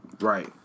right